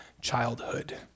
childhood